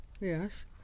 Yes